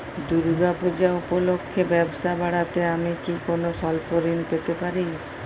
দূর্গা পূজা উপলক্ষে ব্যবসা বাড়াতে আমি কি কোনো স্বল্প ঋণ পেতে পারি?